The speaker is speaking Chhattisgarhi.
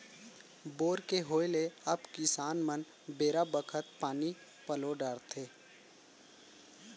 बोर के होय ले अब किसान मन बेरा बखत पानी पलो डारथें